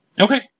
Okay